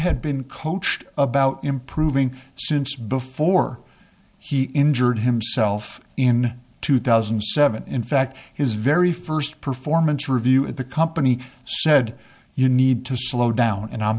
had been coached about improving since before he injured himself in two thousand and seven in fact his very first performance review at the company said you need to slow down and i'm